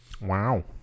Wow